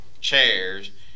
chairs